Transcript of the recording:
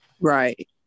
Right